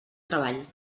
treball